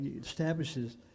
establishes